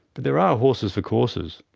but there are horses for courses.